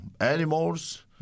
animals